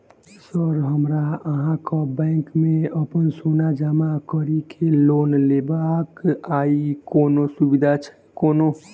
Sir हमरा अहाँक bank मे अप्पन सोना जमा करि केँ लोन लेबाक अई कोनो सुविधा छैय कोनो?